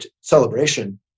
celebration